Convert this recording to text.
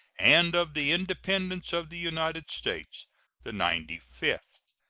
and of the independence of the united states the ninety-fifth.